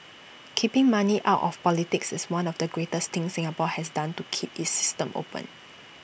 keeping money out of politics is one of the greatest things Singapore has done to keep its system open